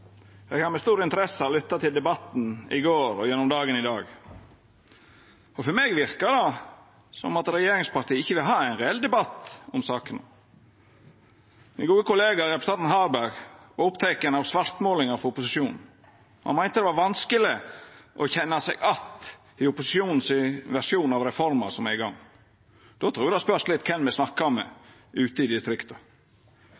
som at regjeringspartia ikkje vil ha ein reell debatt om sakene. Min kollega, representanten Svein Harberg, var oppteken av svartmålinga frå opposisjonen. Han meinte det var vanskeleg å kjenna seg att i opposisjonen sin versjon av reforma som er i gang. Då trur eg det spørs litt kven ein snakkar med